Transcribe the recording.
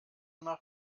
nach